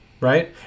right